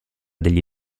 degli